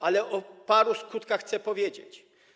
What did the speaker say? Ale o paru skutkach chcę powiedzieć.